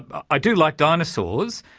i do like dinosaurs.